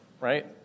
Right